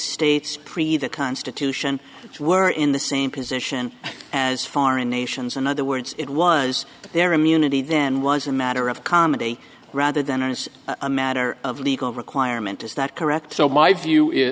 state's pray the constitution which were in the same position as foreign nations in other words it was their immunity then was a matter of comedy rather than as a matter of legal requirement is that correct so my view is